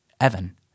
Evan